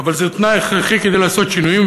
אבל זה תנאי הכרחי כדי לעשות שינויים,